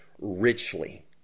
richly